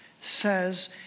says